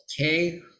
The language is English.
okay